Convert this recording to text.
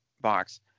box